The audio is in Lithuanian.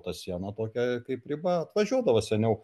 ta siena tokia kaip riba atvažiuodavo seniau